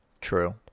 true